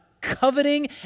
coveting